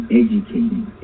educating